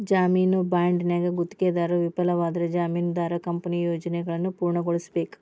ಜಾಮೇನು ಬಾಂಡ್ನ್ಯಾಗ ಗುತ್ತಿಗೆದಾರ ವಿಫಲವಾದ್ರ ಜಾಮೇನದಾರ ಕಂಪನಿಯ ಯೋಜನೆಯನ್ನ ಪೂರ್ಣಗೊಳಿಸಬೇಕ